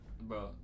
Bro